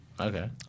Okay